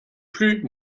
plus